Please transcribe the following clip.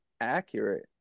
accurate